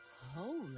Holy